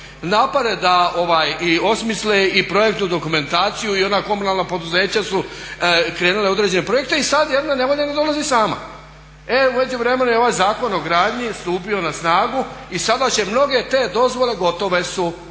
napore da i osmisle i projektnu dokumentaciju i ona komunalna poduzeća su krenula u određene projekte i sada …/Govornik se ne razumije./… dolazi sama. E u međuvremenu je ovaj Zakon o gradnji stupio na snagu i sada će mnoge te dozvole, gotove su, biti